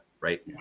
right